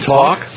talk